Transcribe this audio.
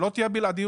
שלא תהיה בלעדיות